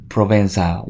Provenza